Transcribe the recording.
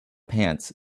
pants